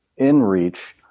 inReach